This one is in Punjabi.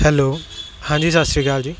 ਹੈਲੋ ਹਾਂਜੀ ਸਤਿ ਸ਼੍ਰੀ ਅਕਾਲ ਜੀ